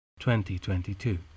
2022